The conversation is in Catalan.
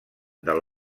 del